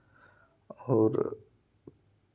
और